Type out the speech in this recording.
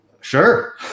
Sure